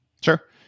Sure